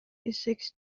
physics